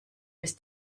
bis